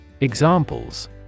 Examples